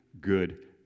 good